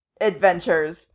adventures